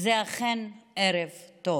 וזה אכן ערב טוב.